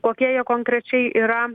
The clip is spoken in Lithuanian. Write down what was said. kokie jie konkrečiai yra